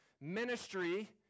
Ministry